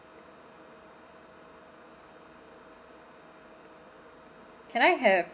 can I have